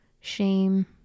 shame